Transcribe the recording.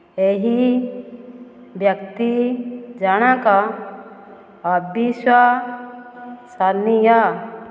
ଏହି ବ୍ୟକ୍ତି ଜଣକ ଅବିଶ୍ୱସନୀୟ